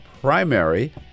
primary